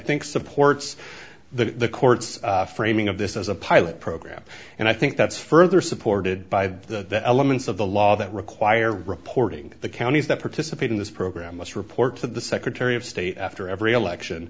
supports the court's framing of this as a pilot program and i think that's further supported by the elements of the law that require reporting the counties that participate in this program must report to the secretary of state after every election